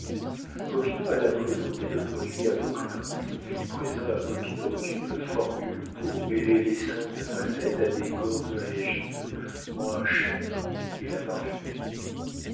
alla présenter le produit à vauquelin qui fit présent à popinot d'une formule pour mêler l'essence de noisette à des corps oléagineux moins chers et